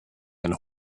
ein